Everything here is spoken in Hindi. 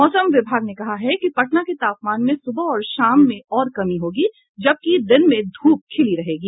मौसम विभाग ने कहा है कि पटना के तापमान में सुबह और शाम में और कमी होगी जबकि दिन में धूप खिली रहेगी